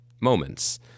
moments